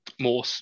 more